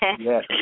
Yes